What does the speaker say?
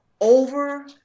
over